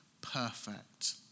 perfect